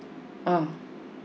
ah